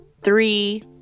three